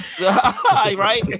Right